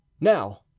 Now